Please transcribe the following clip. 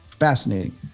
Fascinating